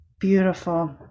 Beautiful